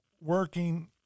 working